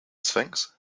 sphinx